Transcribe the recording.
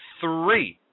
three